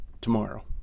tomorrow